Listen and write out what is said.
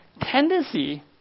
tendency